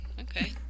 okay